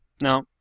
No